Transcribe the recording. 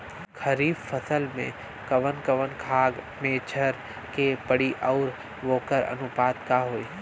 खरीफ फसल में कवन कवन खाद्य मेझर के पड़ी अउर वोकर अनुपात का होई?